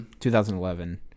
2011